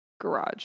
garage